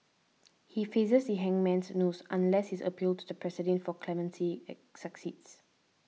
he faces the hangman's noose unless his appeal to the President for clemency succeeds